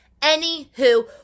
Anywho